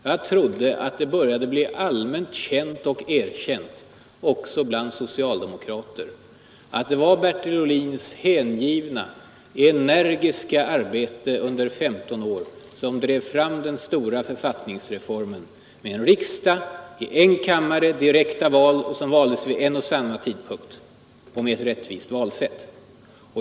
Jag trodde att det började bli allmänt känt och erkänt, också bland socialdemokrater, att det var Bertil Ohlins hängivna och energiska arbete under 15 år som drev fram den stora författningsreformen med en enkammarriksdag, direkta val av hela riksdagen vid en och samma tidpunkt och ett rättvist valsätt.